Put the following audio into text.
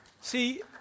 See